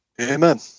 Amen